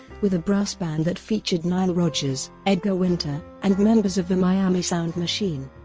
with a brass band that featured nile rodgers, edgar winter, and members of the miami sound machine.